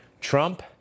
Trump